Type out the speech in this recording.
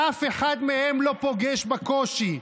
שאף אחד מהם לא פוגש בקושי,